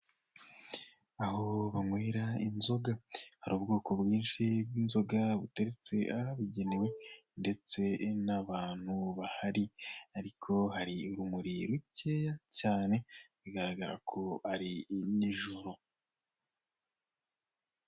Aho banywera inzoga hari ubwoko bwishi bw'inziga buteretse ahabugenewe ndetse n'abantu bahari ariko hari urumuri rukeya cyane bigaragara ko ari n'ijoro.